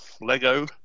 Lego